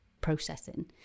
processing